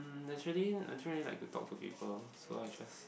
there's really naturally I don't really like to talk to people so I just